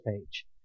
page